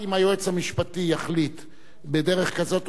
בדרך כזאת או אחרת שהוא מאפשר את ההצמדה,